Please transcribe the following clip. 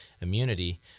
immunity